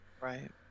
Right